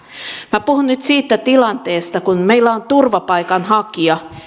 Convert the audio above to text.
minä puhun nyt siitä tilanteesta kun meillä on turvapaikanhakija